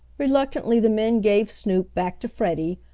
reluctantly the men gave snoop back to freddie,